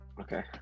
Okay